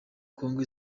congo